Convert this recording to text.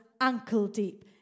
ankle-deep